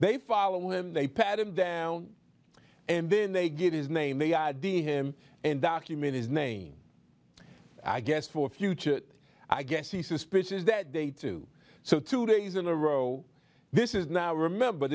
they follow him they pat him down and then they get his name they are de him and document his name i guess for future i guess the suspicion is that they too so two days in a row this is now remember